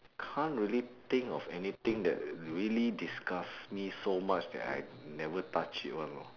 can't really think of anything that really disgusts me so much that I never touch it [one] know